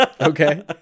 okay